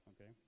okay